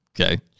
Okay